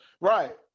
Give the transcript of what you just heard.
Right